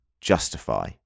justify